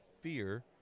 fear